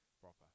proper